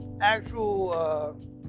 actual